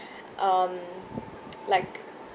um like